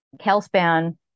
Calspan